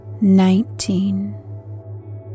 nineteen